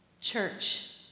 Church